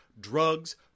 drugs